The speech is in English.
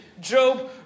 Job